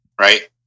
right